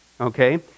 Okay